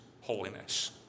holiness